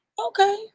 Okay